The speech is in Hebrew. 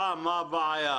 עוד פעם מה הבעיה?